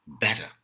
better